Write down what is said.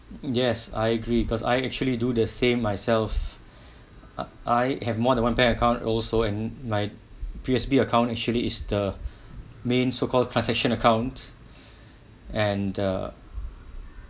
yes I agree because I actually do the same myself I have more than one bank account also and my P_O_S_B account actually is the main so called transaction account and uh